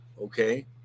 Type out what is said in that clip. Okay